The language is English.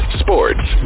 sports